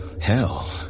Hell